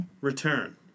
Return